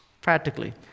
Practically